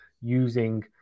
using